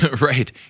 Right